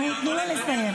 --- תנו לו לסיים.